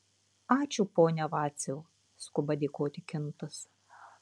ačiū pone vaciau skuba dėkoti kintas